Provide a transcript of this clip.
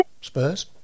Spurs